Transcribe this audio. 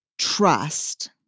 Trust